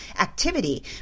activity